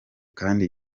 kandi